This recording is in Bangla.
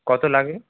কত লাগে